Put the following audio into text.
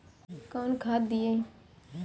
कौन खाद दियई?